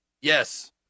Yes